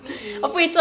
eh